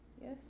Yes